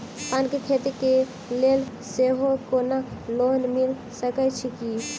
पान केँ खेती केँ लेल सेहो कोनो लोन मिल सकै छी की?